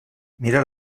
mira